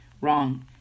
wrong